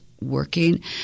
working